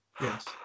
Yes